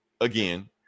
again